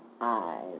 eyes